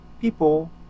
People